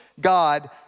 God